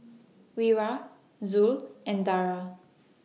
Wira Zul and Dara